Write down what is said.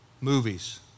movies